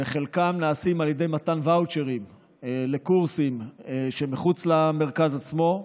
וחלקן נעשות על ידי מתן ואוצ'רים לקורסים מחוץ למרכז עצמו.